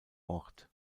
ort